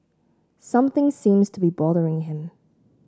something seems to be bothering him